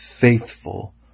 faithful